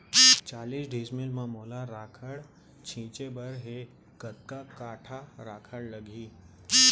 चालीस डिसमिल म मोला राखड़ छिंचे बर हे कतका काठा राखड़ लागही?